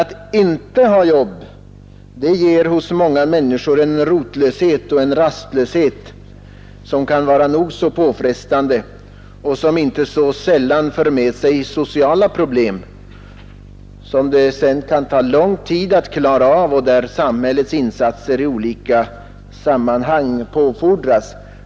Att inte ha ett jobb skapar hos många människor en rotlöshet och en rastlöshet som kan vara nog så påfrestande och som inte så sällan för med sig sociala problem, som det sedan kan ta lång tid att klara av och där samhällets insats i olika sammanhang påfordras.